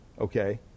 okay